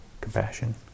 compassion